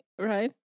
Right